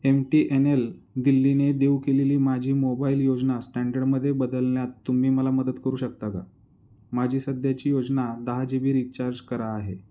M T N L दिल्लीने देऊ केलेली माझी मोबाईल योजना स्टँडर्डमध्ये बदलण्यात तुम्ही मला मदत करू शकता का माझी सध्याची योजना दहा जी बी रिचार्ज करा आहे